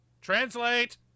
Translate